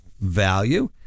value